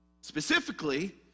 Specifically